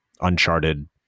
uncharted